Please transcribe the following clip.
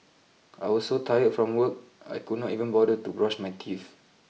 I was so tired from work I could not even bother to brush my teeth